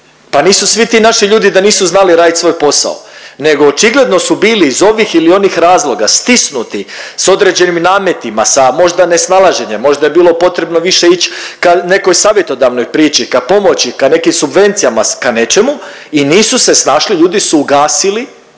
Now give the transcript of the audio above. pa nisu svi ti naši ljudi da nisu znali raditi svoj posao nego očigledno su bili iz ovih ili onih razloga stisnuti s određenim nametima sa možda nesnalaženjem, možda je bilo potrebno više ići ka nekoj savjetodavnoj priči, ka pomoći, ka nekim subvencijama, ka nečemu i nisu se snašli ljudi su ugasili